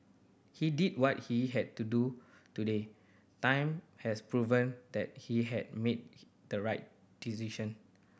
he did what he had to do today time has proven that he had made the right decision